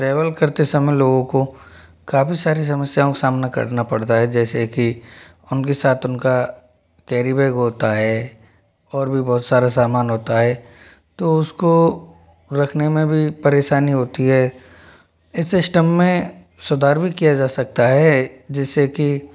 travel करते समय लोगों को काफी सारी समस्याओं का सामना करना पड़ता है जैसे की उनके साथ उनका कैरी बैग होता है और भी बहुत सारा सामान होता है तो उसको रखने में भी परेशानी होती है इस सिस्टम में सुधार भी किया जा सकता है जैसे की